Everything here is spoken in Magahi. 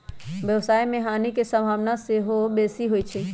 व्यवसाय में हानि के संभावना सेहो बेशी होइ छइ